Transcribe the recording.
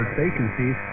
vacancies